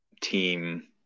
team